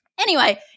anyway-